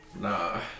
Nah